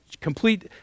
complete